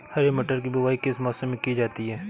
हरी मटर की बुवाई किस मौसम में की जाती है?